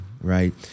Right